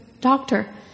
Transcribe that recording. doctor